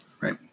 Right